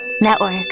Network